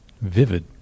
vivid